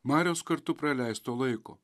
marios kartu praleisto laiko